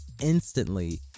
instantly